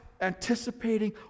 anticipating